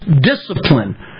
discipline